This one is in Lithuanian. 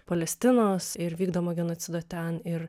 palestinos ir vykdomo genocido ten ir